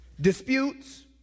Disputes